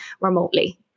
remotely